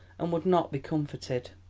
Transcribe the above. and would not be comforted.